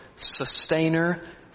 sustainer